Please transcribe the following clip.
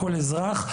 לכל אזרח.